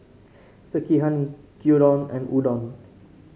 Sekihan Gyudon and Udon